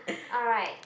alright